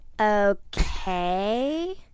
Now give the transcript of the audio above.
Okay